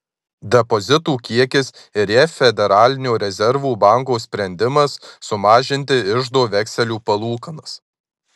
depozitų kiekis ir jav federalinio rezervų banko sprendimas sumažinti iždo vekselių palūkanas